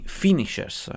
finishers